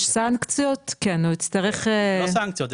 יש סנקציות כן הוא יצטרך -- לא סנקציות,